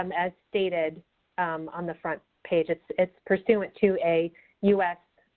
um as stated on the front page. it's it's pursuant to a u s,